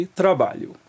trabalho